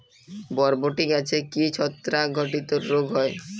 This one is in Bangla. বরবটি গাছে কি ছত্রাক ঘটিত রোগ হয়?